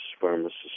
pharmacists